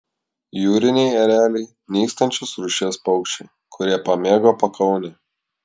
jūriniai ereliai nykstančios rūšies paukščiai kurie pamėgo pakaunę